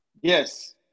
Yes